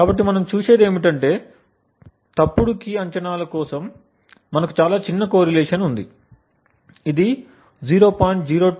కాబట్టి మనం చూసేది ఏమిటంటే తప్పు కీ అంచనాల కోసం మనకు చాలా చిన్న కోరిలేషన్ ఉంది ఇది 0